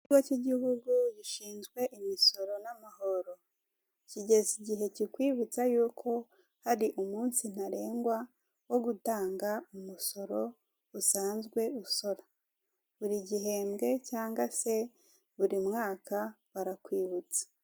Ikigo cy'igihugu gishinzwe imisoro n'amahoro kigeze igihe kikwibutsa yuko hari umunsi ntarengwa wo gutanga umusoro usanzwe usora, buri gihembwe cyangwa se buri mwaka barakwibutsa.